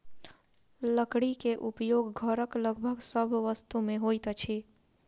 लकड़ी के उपयोग घरक लगभग सभ वस्तु में होइत अछि